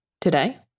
today